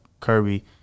Kirby